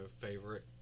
favorite